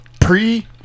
pre